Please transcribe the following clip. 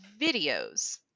videos